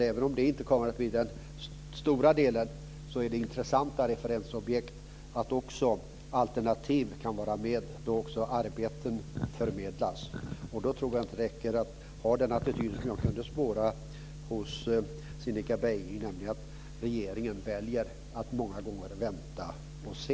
Även om det inte kommer att bli den stora delen är det ett intressantare referensobjekt att också alternativ kan finnas med då arbeten förmedlas. Då tror jag inte det räcker att ha den attityd som man kunde spåra hos Cinnika Beiming, nämligen att regeringen många gånger väljer att vänta och se.